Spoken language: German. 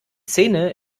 szene